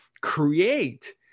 create